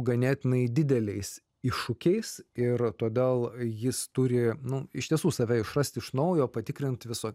ganėtinai dideliais iššūkiais ir todėl jis turi nu iš tiesų save išrasti iš naujo patikrint viso